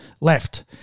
left